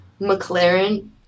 McLaren